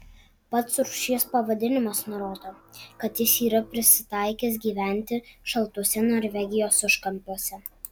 pats rūšies pavadinimas nurodo kad jis yra prisitaikęs gyventi šaltuose norvegijos užkampiuose